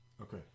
Okay